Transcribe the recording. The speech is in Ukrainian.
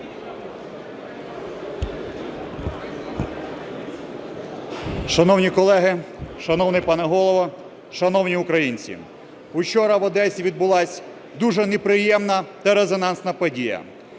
Шановні колеги, шановний пане Голово, шановні українці, вчора в Одесі відбулася дуже неприємна та резонансна подія.